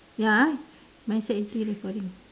ya my side is still recording